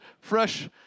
fresh